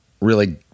really-